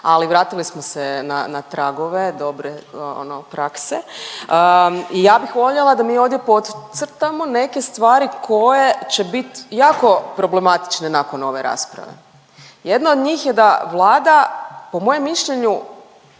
ali vratili smo se na, na tragove dobre, ono prakse i ja bih voljela da mi ovdje podcrtamo neke stvari koje će bit jako problematične nakon ove rasprave. Jedna od njih je da Vlada po mojem mišljenju,